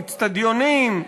איצטדיונים,